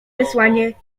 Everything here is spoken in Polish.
wysłanie